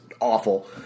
awful